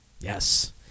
Yes